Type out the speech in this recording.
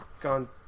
gone